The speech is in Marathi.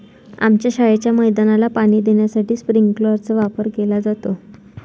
आमच्या शाळेच्या मैदानाला पाणी देण्यासाठी स्प्रिंकलर चा वापर केला जातो